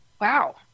wow